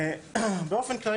באופן כללי,